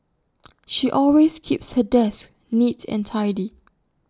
she always keeps her desk neat and tidy